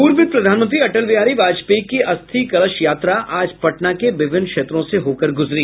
पूर्व प्रधानमंत्री अटल बिहारी वाजपेयी की अस्थि कलश यात्रा आज पटना के विभिन्न क्षेत्रों से होकर गुजरी